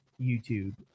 YouTube